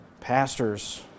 Pastors